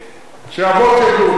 שאבות ילדו אותם, כן.